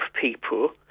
people